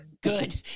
good